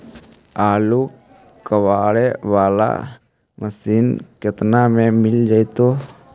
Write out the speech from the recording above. आलू कबाड़े बाला मशीन केतना में मिल जइतै?